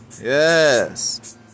Yes